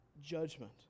judgment